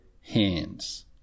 hands